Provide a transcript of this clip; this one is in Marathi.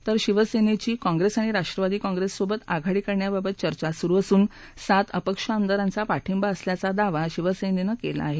तर शिवसेनेची काँग्रेस आणि राष्ट्रवादी काँग्रेससोबत आघाडी करण्याबाबत चर्चा सुरु असून सात अपक्ष आमदारांचा पाठिंबा असल्याचा दावा शिवसेनेनं केला आहे